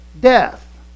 Death